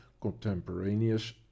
contemporaneous